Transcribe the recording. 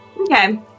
Okay